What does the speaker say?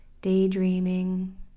daydreaming